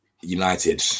United